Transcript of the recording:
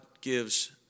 gives